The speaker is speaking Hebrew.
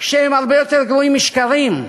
שהם הרבה יותר גרועים משקרים.